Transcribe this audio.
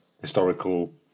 historical